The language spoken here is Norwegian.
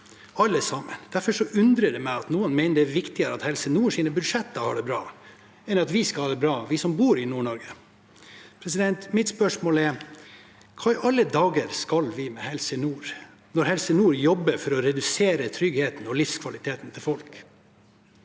alle sammen. Derfor undrer det meg at noen mener det er viktigere at Helse Nords budsjetter har det bra, enn at vi skal ha det bra, vi som bor i Nord-Norge. Mitt spørsmål er: Hva i alle dager skal vi med Helse Nord, når Helse Nord jobber for å redusere tryggheten og livskvaliteten til folk?